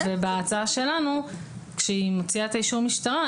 בהצעה שלנו כשהיא מוציאה את אישור המשטרה,